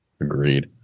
agreed